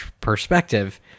perspective